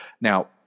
Now